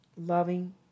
loving